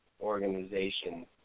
organization